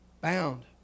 Bound